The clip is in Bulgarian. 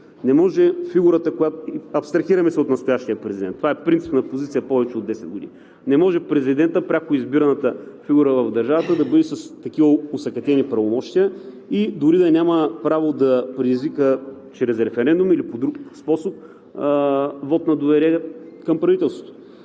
правомощия. Абстрахираме се от настоящия президент. Това е принципна позиция повече от 10 години. Не може президентът – пряко избираната фигура в държавата, да бъде с такива осакатени правомощия и дори да няма право да предизвика, чрез референдум или по друг способ вот на недоверие към правителството!